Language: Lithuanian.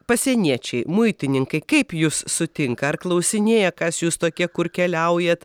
pasieniečiai muitininkai kaip jus sutinka ar klausinėja kas jūs tokie kur keliaujat